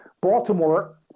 Baltimore